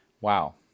Wow